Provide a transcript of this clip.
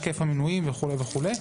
היקף המינויים וכולי וכולי.